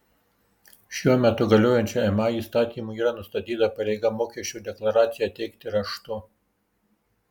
šiuo metu galiojančiu ma įstatymu yra nustatyta pareiga mokesčio deklaraciją teikti raštu